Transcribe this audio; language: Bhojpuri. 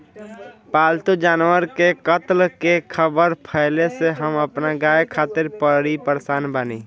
पाल्तु जानवर के कत्ल के ख़बर फैले से हम अपना गाय खातिर बड़ी परेशान बानी